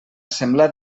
semblar